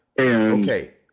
Okay